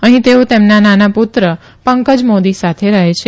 અહી તેઓ તેમના નાના પુત્ર પંકજ મોદી સાથે રહે છે